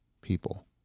people